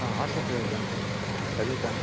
ஆ auto driver தானங்க சதீஸ் தானே